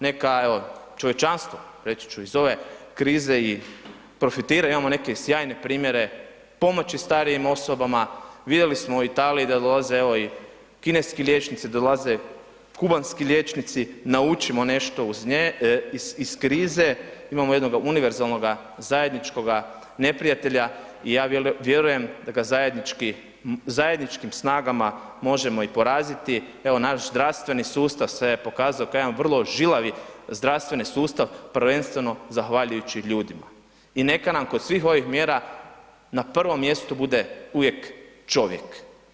Neka čovječanstvo, reći ću iz ove krize i profitira, imamo neke i sjajne primjere pomoći starijim osobama, vidjeli smo u Italiji da dolaze evo i kineski liječnici, dolaze kubanski liječnici, naučimo nešto iz nje, iz krize, imamo jednoga univerzalnoga, zajedničkoga neprijatelja i ja vjerujem da ga zajedničkim snagama možemo i poraziti, evo naš zdravstveni sustav se je pokazao kao jedan vrlo žilavi zdravstveni sustav prvenstvo zahvaljujući ljudima i neka nam kod svih ovih mjera na prvom mjestu bude uvijek čovjek.